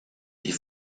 die